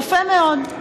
יפה מאוד.